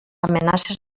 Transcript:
amenaces